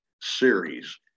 Series